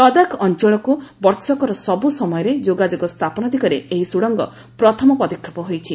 ଲଦାଖ ଅଞ୍ଚଳକୁ ବର୍ଷକର ସବୁ ସମୟରେ ଯୋଗାଯୋଗ ସ୍ଥାପନ ଦିଗରେ ଏହି ସୁଡ଼ଙ୍ଗ ପ୍ରଥମ ପଦକ୍ଷେପ ହୋଇଛି